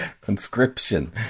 conscription